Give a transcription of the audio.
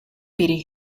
pity